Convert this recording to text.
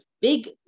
big